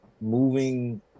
moving